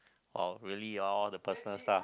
oh really all the personal stuff